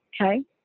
okay